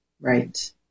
Right